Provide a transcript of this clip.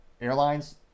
airlines